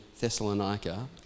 Thessalonica